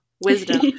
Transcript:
wisdom